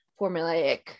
formulaic